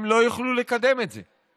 הם לא יוכלו לקדם את זה.